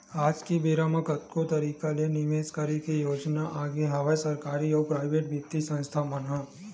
आज के बेरा म कतको तरिका ले निवेस करे के योजना आगे हवय सरकारी अउ पराइेवट बित्तीय संस्था मन म